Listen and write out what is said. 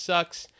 Sucks